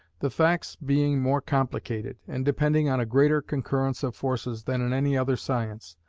the facts being more complicated, and depending on a greater concurrence of forces, than in any other science,